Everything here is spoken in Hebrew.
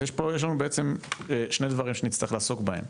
אז יש לנו בעצם שני דברים שנצטרך לעסוק בהם.